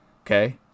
okay